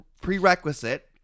prerequisite